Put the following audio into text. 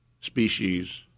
species